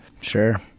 Sure